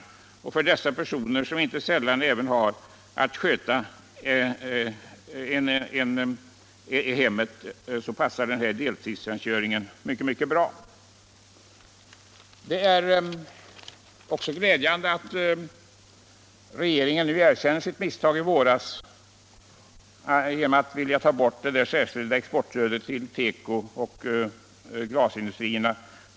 De personer dessa fabriker sysselsätter har inte sällan att sköta hemmet, och en deltidstjänstgöring av det här slaget passar dem därför mycket bra. Det är glädjande att regeringen erkänner sitt misstag i våras att vilja ta bort det särskilda exportstödet till teko och glasindustrierna.